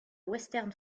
western